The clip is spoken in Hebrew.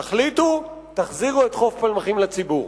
תחליטו, תחזירו את חוף פלמחים לציבור.